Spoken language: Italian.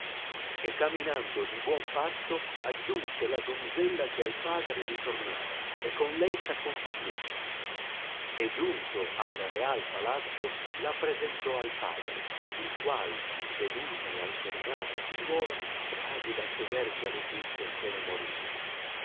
e caminando di buon passo aggiunse la donzella che al padre ritornava e con lei s'accompagnò e giunto al real palazzo la presentò al padre il qual veduta la ritornata figliuola quasi da soverchia letizia se ne morì